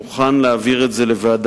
אני מוכן להעביר את זה לוועדה.